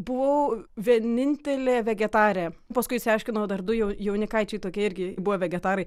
buvau vienintelė vegetarė paskui išsiaiškinau dar du jau jaunikaičiai tokie irgi buvo vegetarai